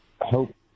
Hope